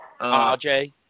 RJ